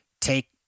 take